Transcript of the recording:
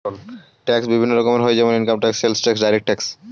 tax বিভিন্ন রকমের হয় যেমন income tax, sales tax, direct tax